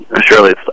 surely